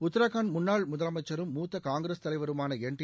உத்திரகாண்ட் முன்னாள் முதலமைச்சரும் மூத்த காங்கிரஸ் தலைவருமான என் டி